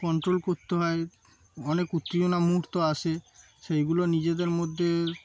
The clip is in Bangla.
কন্ট্রোল করতে হয় অনেক উত্তেজনার মুহূর্ত আসে সেইগুলো নিজেদের মধ্যে